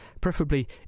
Preferably